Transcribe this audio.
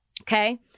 Okay